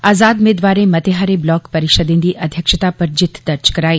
आज़ाद मेदवारें मते हारे ब्लनाक परिषदें दी अध्यक्षता पर जित्त दर्ज करवाई